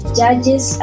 judges